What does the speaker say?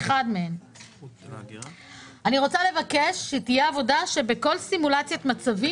אני רוצה לבקש שתהיה עבודה שבכל סימולציית מצבים